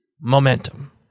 momentum